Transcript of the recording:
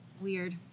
Weird